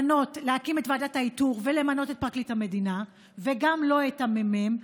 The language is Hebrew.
להקים את ועדת האיתור ולמנות את פרקליט המדינה וגם לא את ממלא המקום,